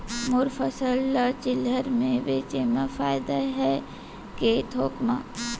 मोर फसल ल चिल्हर में बेचे म फायदा है के थोक म?